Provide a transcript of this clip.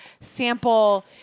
sample